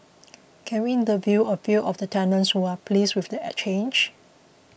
can we interview a few of the tenants who are pleased with the change